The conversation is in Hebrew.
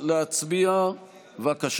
שוחד והפרת אמונים.